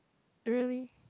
really